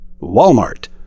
Walmart